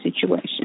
situation